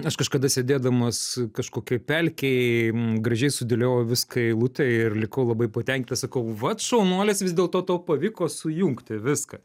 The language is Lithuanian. aš kažkada sėdėdamas kažkokioj pelkėj gražiai sudėliojau viską į eilutę ir likau labai patenkintas sakau vat šaunuolis vis dėlto tau pavyko sujungti viską